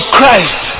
Christ